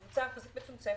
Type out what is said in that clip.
קבוצה מצומצמת,